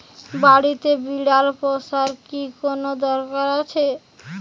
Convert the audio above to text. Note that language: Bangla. বাড়িতে বিড়াল পোষার কি কোন দরকার আছে?